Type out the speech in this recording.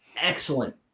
Excellent